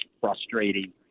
frustrating